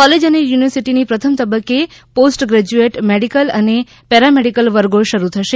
college અને યુનિવર્સીટીની પ્રથમ તબકકે પોસ્ટ ગ્રેજયુએટ મેડીકલ અને પેરામેડિકલ વર્ગો શરૂ થશે